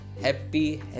happy